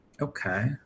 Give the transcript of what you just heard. Okay